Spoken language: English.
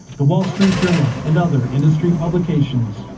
the wall street journal and other industry publications.